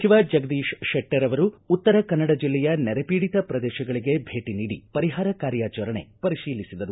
ಸಚಿವ ಜಗದೀಶ ಶೆಟ್ಟರ್ ಅವರು ಉತ್ತರ ಕನ್ನಡ ಜಿಲ್ಲೆಯ ನೆರೆ ಪೀಡಿತ ಪ್ರದೇಶಗಳಿಗೆ ಭೇಟ ನೀಡಿ ಪರಿಹಾರ ಕಾರ್ಯಾಚರಣೆ ಪರಿಶೀಲಿಸಿದರು